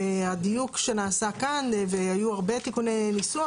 והדיוק שנעשה כאן והיו הרבה תיקוני ניסוח,